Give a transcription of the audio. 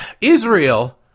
Israel